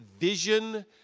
Vision